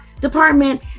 department